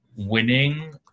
winning